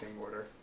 order